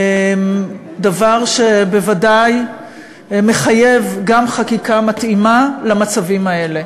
דבר שבוודאי מחייב גם חקיקה מתאימה למצבים האלה.